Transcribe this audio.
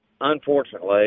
Unfortunately